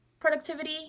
Productivity